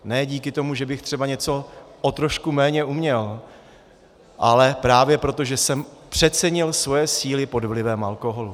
Ne díky tomu, že bych třeba něco o trošku méně uměl, ale právě proto, že jsem přecenil svoje síly pod vlivem alkoholu.